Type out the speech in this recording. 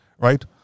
Right